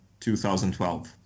2012